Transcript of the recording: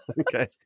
Okay